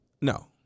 No